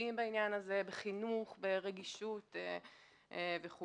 תקשורתיים בעניין הזה, בחינוך, ברגישות וכולי.